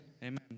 Amen